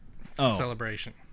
Celebration